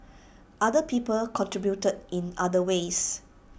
other people contributed in other ways